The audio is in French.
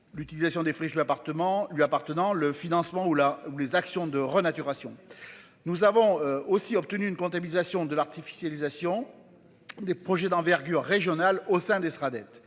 L'utilisation des friches l'appartement lui appartenant. Le financement où là où les actions de renaturation. Nous avons aussi obtenu une comptabilisation de l'artificialisation. Des projets d'envergure régionale au sein des